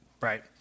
right